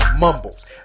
mumbles